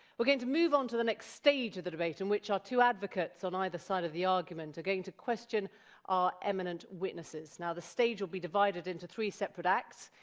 going to move on to the next stage of the debate in which our two advocates on either side of the argument are going to question our eminent witnesses. now the stage will be divided into three separate acts,